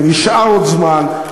ונשאר עוד זמן,